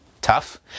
Tough